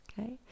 okay